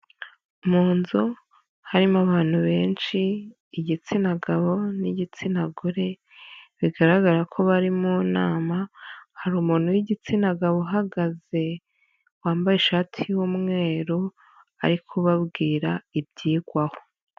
Mu nzu harimo abantu benshi igitsina gabo n'igitsina gore, bigaragara ko bari mu nama hari umuntu w'igitsina gabo uhagaze wambaye ishati y'umweru ari kubabwira ibyigwaho.